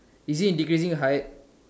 is it in decreasing heights